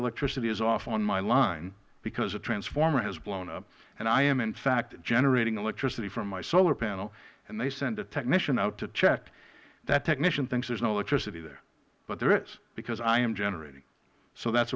electricity is off on my line because a transformer has blown up and i am in fact generating electricity from my solar panel and they send a technician out to check that technician thinks there is no electricity there but there is because i am generating it so that